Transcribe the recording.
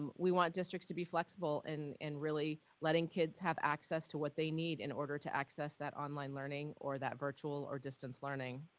we want districts to be flexible in in really letting kids have access to what they need in order to access that online learning or that virtual or distance learning.